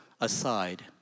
aside